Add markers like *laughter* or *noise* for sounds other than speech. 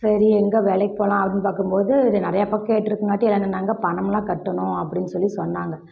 சரி எங்கே வேலைக்கு போகலாம் அப்படின் பார்க்கும்போது இது நிறையா பக்கம் கேட்டிருக்கங்காட்டி *unintelligible* நாங்கள் பணமெல்லாம் கட்டணும் அப்படின்னு சொல்லி சொன்னாங்க